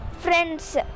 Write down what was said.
Friends